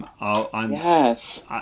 Yes